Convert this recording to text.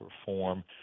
perform